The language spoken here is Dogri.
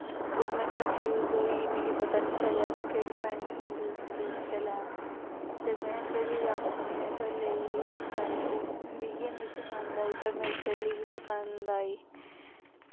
ओह् में कंफीउजन होई मिगी पता नी चलेआ में केह्ड़ी पैंट लैं ते में स्हेली अपनी दे आखने पर लेई लेई पैंट ओह् मिगी ऐनी पसंद आई पर मेरी स्हेली गी पसंद आई